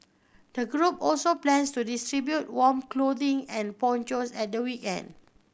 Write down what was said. the group also plans to distribute warm clothing and ponchos at the weekend